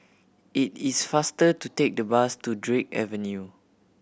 it is faster to take the bus to Drake Avenue